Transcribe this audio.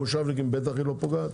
במושבניקים היא בטח לא פוגעת,